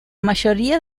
mayoría